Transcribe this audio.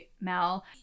Mel